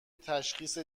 تشخیص